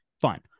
Fine